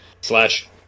slash